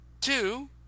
Two